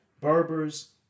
Berbers